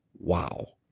wow.